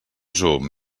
zoom